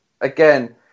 again